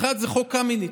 אחד זה חוק קמיניץ.